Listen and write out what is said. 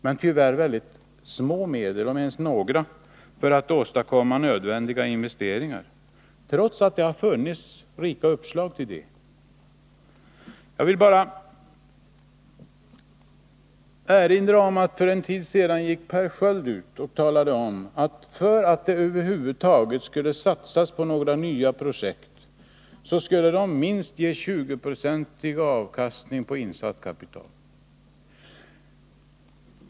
Men tyvärr har man satsat ytterst små medel, om ens några, för att åstadkomma nödvändiga investeringar, trots att det har funnits gott om uppslag till sådana. Jag vill bara erinra om att för en tid sedan talade Per Sköld om att för att det över huvud taget skulle satsas på några nya projekt skulle dessa ge minst 20-procentig avkastning på insatt kapital.